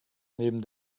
neben